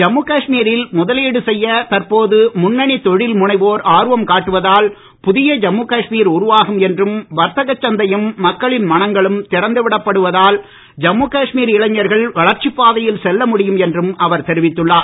ஜம்மு காஷ்மீரில் முதலீடு செய்ய தற்போது முன்னணி தொழில் முனைவோர் ஆர்வம் காட்டுவதால் புதிய ஜம்மு காஷ்மீர் உருவாகும் என்றும் வர்த்தகச் சந்தையும் மக்களின் மனங்களும் திறந்து விடப்படுவதால் ஜம்மு காஷ்மீர் இளைஞர்கள் வளர்ச்சி பாதையில் செல்ல முடியும் என்றும் அவர் தெரிவித்துள்ளார்